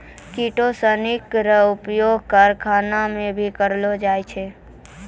किटोसनक रो उपयोग करखाना मे भी करलो जाय छै